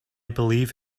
believe